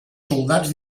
soldats